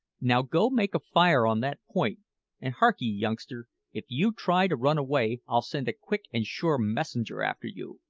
now, go make a fire on that point and hark'ee, youngster, if you try to run away i'll send a quick and sure messenger after you,